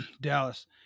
Dallas